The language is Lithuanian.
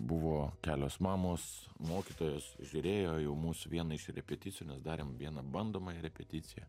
buvo kelios mamos mokytojos žiūrėjo jau mūsų vieną iš repeticijų nes darėm vieną bandomąją repeticiją